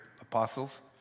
apostles